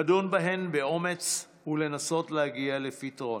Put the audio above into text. לדון בהן באומץ ולנסות להגיע לפתרון.